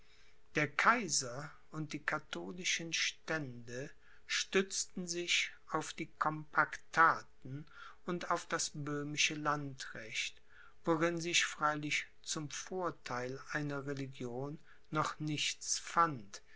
der kaiser und die katholischen stände stützten sich auf die compactaten und auf das böhmische landrecht worin sich freilich zum vortheil einer religion noch nichts fand